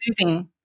moving